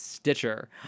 Stitcher